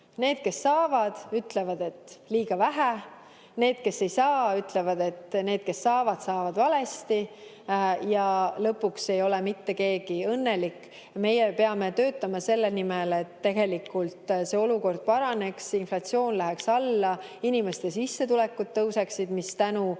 Need, kes saavad, ütlevad, et liiga vähe, need, kes ei saa, ütlevad, et need, kes saavad, saavad valesti. Ja lõpuks ei ole mitte keegi õnnelik. Meie peame töötama selle nimel, et tegelikult see olukord paraneks, inflatsioon läheks alla, inimeste sissetulekud suureneksid, mis tänu